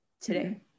today